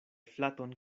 flaton